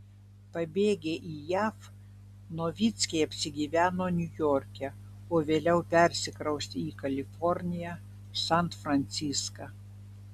pabėgę į jav novickiai apsigyveno niujorke o vėliau persikraustė į kaliforniją san franciską